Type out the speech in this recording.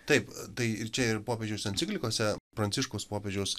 taip tai ir čia ir popiežiaus enciklikose pranciškaus popiežiaus